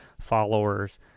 followers